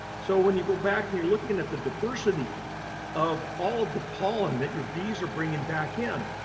so when you go back and you're looking at the diversity of all of the pollen that your bees are bringing back in,